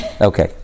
Okay